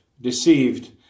deceived